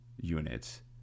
units